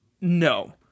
No